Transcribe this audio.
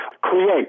create